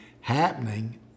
happening